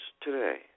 today